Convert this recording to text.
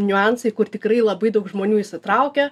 niuansai kur tikrai labai daug žmonių įsitraukia